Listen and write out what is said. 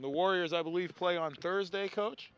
the warriors i believe play on thursday coach